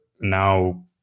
now